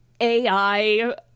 AI